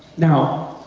now,